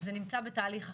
זה נמצא בתהליך אחר,